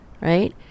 right